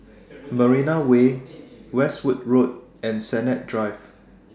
Marina Way Westwood Road and Sennett Drive